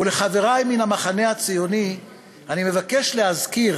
ולחברי מן המחנה הציוני אני מבקש להזכיר